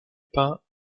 pain